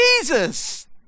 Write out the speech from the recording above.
Jesus